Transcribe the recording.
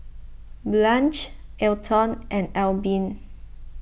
Blanch Elton and Albin